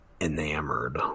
enamored